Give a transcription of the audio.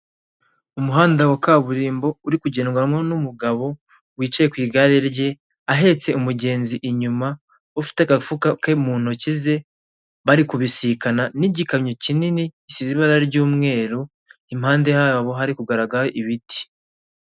Umuhanda wa kaburimbo uri kugendwa mo n'umugabo wicaye ku igare rye, ahetse umugenzi inyuma, ufite agafuka ke mu ntoki ze, barikubisikana n'igikamyo kinini gisize ibara ry'umweru, i mpande habo hari kugaragara ibiti.